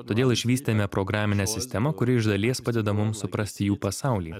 todėl išvystėme programinę sistemą kuri iš dalies padeda mum suprasti jų pasaulį